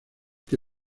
que